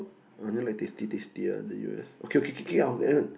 I only like tasty tasty one the U_S okay okay okay okay end of